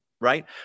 right